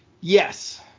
Yes